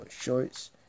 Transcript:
shorts